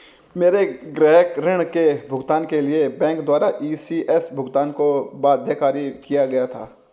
मेरे गृह ऋण के भुगतान के लिए बैंक द्वारा इ.सी.एस भुगतान को बाध्यकारी किया गया था